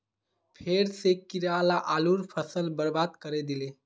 फेर स कीरा ला आलूर फसल बर्बाद करे दिले